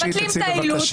מבטלים את העילות,